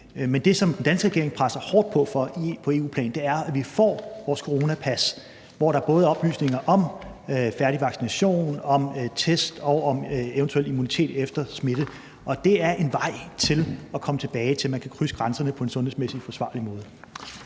Men det, som den danske regering presser hårdt på for på EU-plan, er, at vi får vores coronapas, hvor der både er oplysninger om færdig vaccination, om test og om eventuel immunitet efter smitte. Og det er en vej til at komme tilbage til, at man kan krydse grænserne på en sundhedsmæssigt forsvarlig måde.